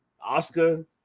Oscar